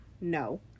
no